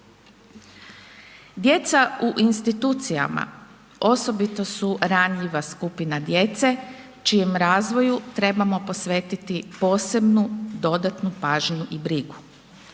Djeca u institucijama, osobito su ranjiva skupina djece čijem razvoju trebamo posvetiti posebnu dodatnu pažnju i brigu.